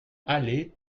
allez